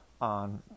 on